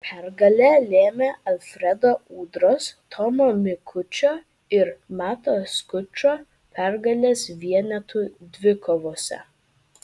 pergalę lėmė alfredo udros tomo mikučio ir mato skučo pergalės vienetų dvikovose